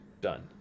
done